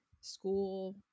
school